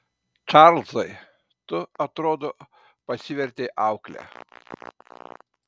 čarlzai tu atrodo pasivertei aukle